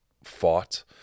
Fought